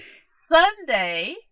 Sunday